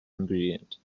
ingredient